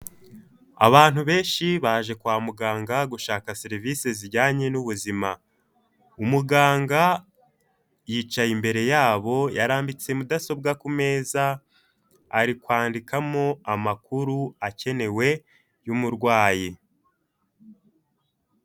Abantu benshi baje kwa muganga gushaka serivisi zijyanye n'ubuzima. Umuganga yicaye imbere yabo yarambitse mudasobwa ku meza ari kwandikamo amakuru akenewe y' y'umurwayi.